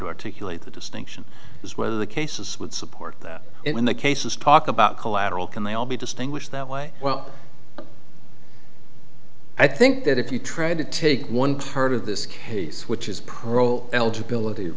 articulate the distinction is whether the cases would support that in the cases talk about collateral can they all be distinguished that way well i think that if you try to take one turd of this case which is pro eligibility